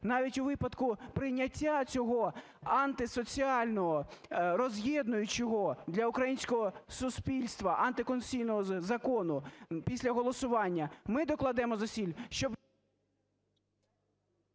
навіть у випадку прийняття цього антисоціального, роз'єднуючого для українського суспільства, антиконституційного закону після голосування, ми докладемо зусиль, щоб…